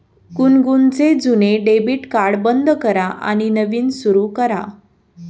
गुनगुनचे जुने debit card बंद करा आणि नवीन सुरू करा